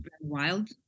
wild